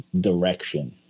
direction